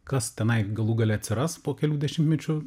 kas tenai galų gale atsiras po kelių dešimtmečių